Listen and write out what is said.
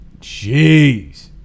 Jeez